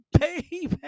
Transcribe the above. Baby